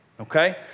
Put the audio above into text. Okay